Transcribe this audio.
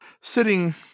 sitting